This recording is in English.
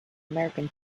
american